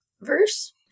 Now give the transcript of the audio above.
verse